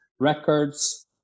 records